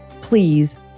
Please